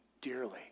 dearly